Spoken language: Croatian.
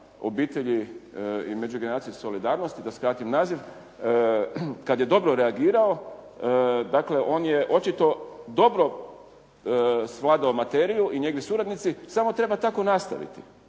obitelji i međugeneracijske solidarnosti da skratim naziv, kada je dobro reagirao, dakle on je očito dobro svladao materiju i njegovi suradnici, samo treba tako nastaviti.